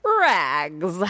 Rags